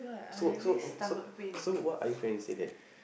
so so so so what are you trying to say then